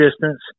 distance